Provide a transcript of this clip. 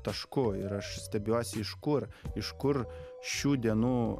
tašku ir aš stebiuosi iš kur iš kur šių dienų